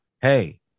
Hey